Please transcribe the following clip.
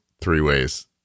three-ways